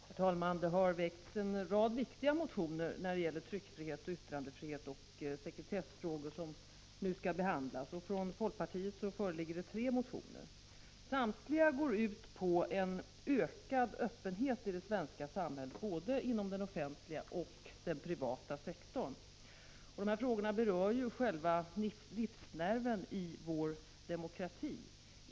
I Herr talman! Det har väckts en rad viktiga motioner när det gäller tryckfrihet, yttrandefrihet och sekretessfrågor som nu skall behandlas. Från folkpartiet föreligger tre motioner. Samtliga går ut på en ökad öppenhet i det svenska samhället, både inom den offentliga och inom den privata sektorn. 113 Dessa frågor berör själva livsnerven i vår demokrati.